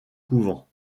couvents